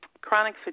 chronic